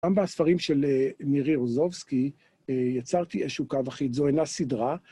גם בספרים של מירי רוזובסקי יצרתי איזשהו קו הכי זו אינה סדרה.